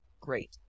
great